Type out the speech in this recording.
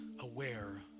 Aware